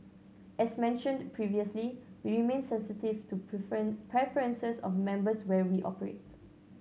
as mentioned previously we remain sensitive to preferences of members where we operate